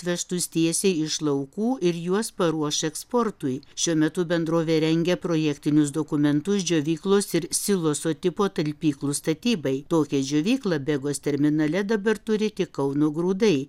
vežtus tiesiai iš laukų ir juos paruoš eksportui šiuo metu bendrovė rengia projektinius dokumentus džiovyklos ir siloso tipo talpyklų statybai tokią džiovyklą begos terminale dabar turi tik kauno grūdai